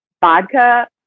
vodka